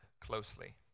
closely